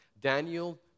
Daniel